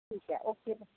ਠੀਕ ਹੈ ਓਕੇ